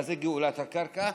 מה זה גאולת הקרקע?